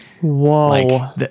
Whoa